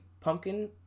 pumpkin